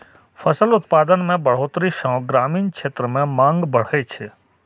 फसल उत्पादन मे बढ़ोतरी सं ग्रामीण क्षेत्र मे मांग बढ़ै छै